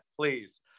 please